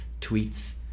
tweets